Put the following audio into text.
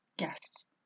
Yes